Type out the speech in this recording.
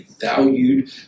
valued